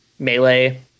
Melee